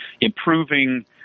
improving